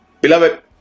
beloved